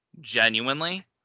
genuinely